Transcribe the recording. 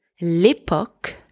l'époque